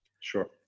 Sure